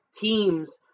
teams